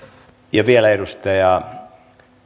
ja vielä edustaja